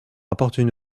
appartenu